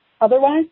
Otherwise